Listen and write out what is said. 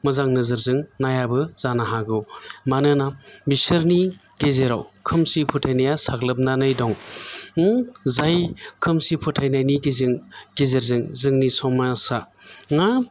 मोजां नोजोरजों नायाबो जानो हागौ मानोना बिसोरनि गेजेराव खोमसि फोथायनाया साग्लोबनानै दं जाय खोमसि फोथायनायनि गेजेरजों जोंनि समाजा मा